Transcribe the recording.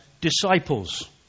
disciples